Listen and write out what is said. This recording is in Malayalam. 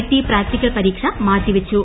ടി പ്രാക്ടിക്കൽ പരീക്ഷ മാറ്റിവെച്ചു